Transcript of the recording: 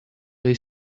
they